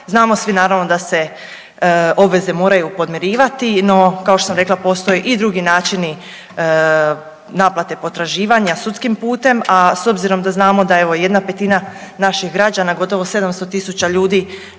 Znamo svi naravno da se obveze moraju podmirivati, no kao što sam rekla postoje i drugi načini naplate potraživanja sudskim putem. A s obzirom da znamo da evo jedna petina naših građana gotovo 700 000 ljudi